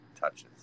touches